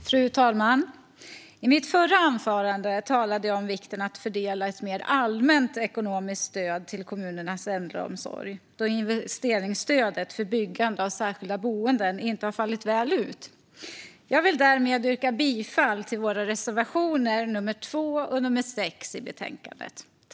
Fru talman! I mitt förra anförande talade jag om vikten av att fördela ett mer allmänt ekonomiskt stöd till kommunernas äldreomsorg, då investeringsstödet för byggande av särskilda boenden inte har fallit väl ut. Jag vill därmed yrka bifall till våra reservationer nr 2 och nr 6 i betänkandet.